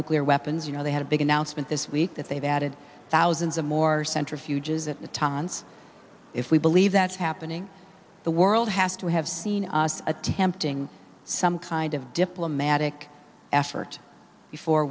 nuclear weapons you know they had a big announcement this week that they've added thousands of more centrifuges that natanz if we believe that happening the world has to have seen us attempting some kind of diplomatic effort before